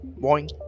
boing